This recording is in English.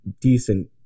decent